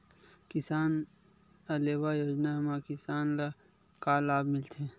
किसान कलेवा योजना म किसान ल का लाभ मिलथे?